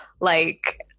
like-